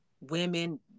women